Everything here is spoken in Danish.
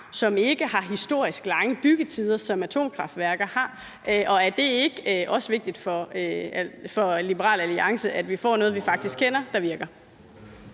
som ikke har historisk lange byggetider, som atomkraftværker har. Og er det ikke også vigtigt for Liberal Alliance, at vi får noget, vi faktisk kender, og som virker?